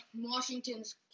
Washington's